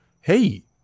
hey